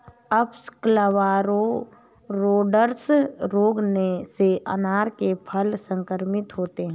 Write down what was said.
अप्सकवाइरोइड्स रोग से अनार के फल संक्रमित होते हैं